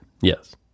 Yes